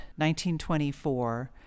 1924